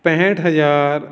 ਪੈਂਹਠ ਹਜ਼ਾਰ